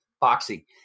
boxing